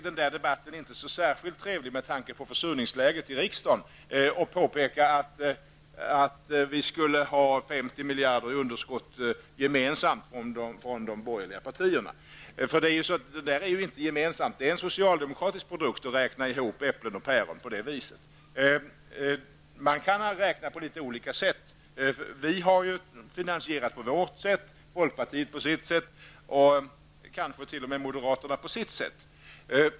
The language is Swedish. Med tanke på försurningsläget i riksdagen är det inte så trevligt att påpeka att de borgerliga partierna gemensamt har 50 miljarder kronor i underskott. Det är en socialdemokratisk produkt som har åstadkommits genom att man har räknat ihop äpplen och päron på det vis man har gjort. Det finns olika sätt att räkna. Vi har finansierat det hela på vårt sätt, folkpartiet på sitt sätt och kanske t.o.m. moderaterna på sitt sätt.